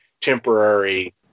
temporary